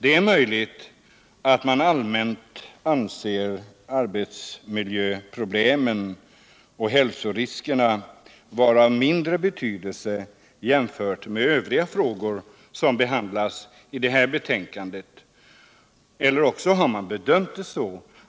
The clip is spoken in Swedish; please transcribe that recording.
Det är möjligt att man allmänt anser arbetsmiljöproblemen och hälsoriskerna vara av mindre betydelse jämfört med övriga frågor som behandlas i detta betänkande, Eller också har man bedömt